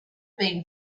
been